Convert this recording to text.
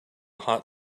hot